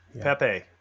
Pepe